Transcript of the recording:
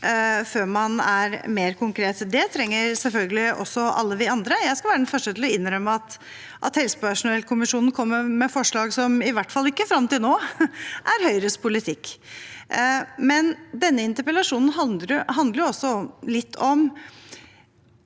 før man er mer konkret. Det trenger selvfølgelig også alle vi andre å gjøre. Jeg skal være den første til å innrømme at helsepersonellkommisjonen kommer med forslag som i hvert fall ikke fram til nå er Høyres politikk. Denne interpellasjonen handler også litt om